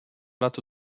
lato